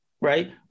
right